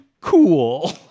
cool